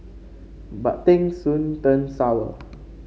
but things soon turned sour